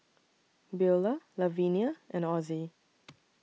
Beula Lavenia and Ozie